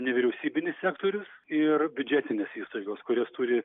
nevyriausybinis sektorius ir biudžetinės įstaigos kurios turi